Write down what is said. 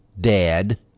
dad